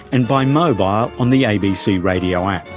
and by mobile ah on the abc radio app.